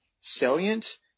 salient